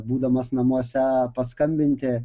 būdamas namuose paskambinti